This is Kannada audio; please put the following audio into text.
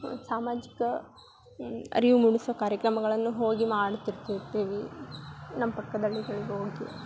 ಸಾಮಾಜಿಕ ಅರಿವು ಮೂಡಿಸುವ ಕಾರ್ಯಕ್ರಮಗಳನ್ನು ಹೋಗಿ ಮಾಡ್ತಿರ್ತೀವಿ ನಮ್ಮ ಪಕ್ಕದ ಹಳ್ಳಿಗಳಿಗೋಗಿ